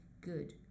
good